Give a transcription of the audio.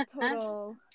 total